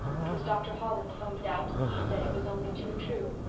it was dr. holland phoned it out and he said it was only too true.